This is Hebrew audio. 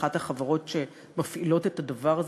אחת החברות שמפעילות את הדבר הזה,